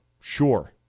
sure